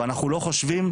אבל אנחנו לא חושבים,